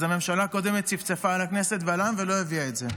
אז הממשלה הקודמת צפצפה על הכנסת ועל העם ולא הביאה את זה.